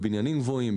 בבניינים גבוהים,